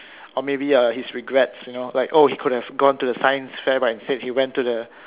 or maybe uh his regrets you know like oh he could have gone to the science fair but instead he went to the